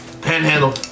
Panhandle